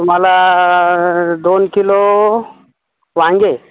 तुम्हाला दोन किलो वांगे